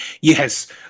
Yes